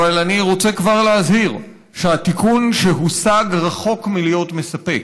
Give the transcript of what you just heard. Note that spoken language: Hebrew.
אבל אני רוצה כבר להזהיר שהתיקון שהושג רחוק מלהיות מספק.